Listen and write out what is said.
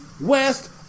West